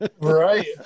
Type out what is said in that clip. right